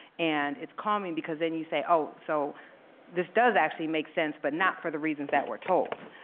and it's calming because then you say, oh, so this does actually make sense, but not for the reasons that we're told.